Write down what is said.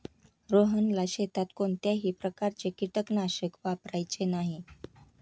रोहनला शेतात कोणत्याही प्रकारचे कीटकनाशक वापरायचे नाही